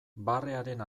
barrearen